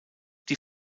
die